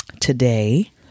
Today